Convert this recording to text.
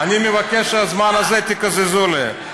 אני מבקש שהזמן הזה, תקזזו לי.